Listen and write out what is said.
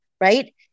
Right